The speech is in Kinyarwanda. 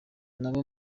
nabo